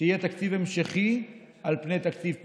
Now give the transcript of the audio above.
שיהיה תקציב המשכי על פני תקציב פוגעני.